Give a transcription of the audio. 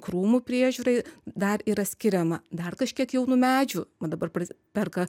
krūmų priežiūrai dar yra skiriama dar kažkiek jaunų medžių o dabar perka